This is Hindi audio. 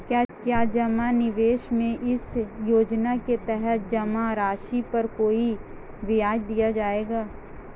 क्या जमा निवेश में इस योजना के तहत जमा राशि पर कोई ब्याज दिया जाएगा?